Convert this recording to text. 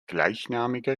gleichnamige